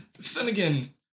Finnegan